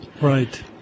right